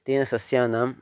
तेन सस्यानां